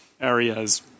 areas